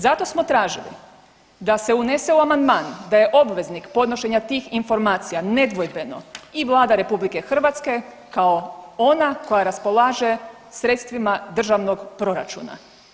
Zato smo tražili da se unese u amandman da je obveznik podnošenja tih informacija nedvojbeno i Vlada RH kao ona koja raspolaže sredstvima državnog proračuna.